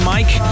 Mike